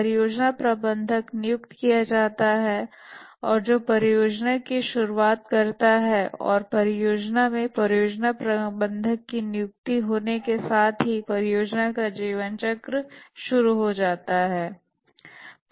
परियोजना प्रबंधक नियुक्त किया जाता है और जो परियोजना की शुरूआत करता है और परियोजना के बाद परियोजना प्रबंधक नियुक्त किया जाता है परियोजना का जीवन चक्र परियोजना की योजना के साथ शुरू होता है